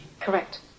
Correct